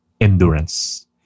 endurance